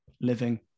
living